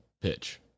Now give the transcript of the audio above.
pitch